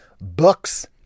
Books